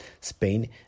Spain